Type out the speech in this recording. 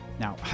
Now